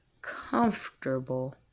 comfortable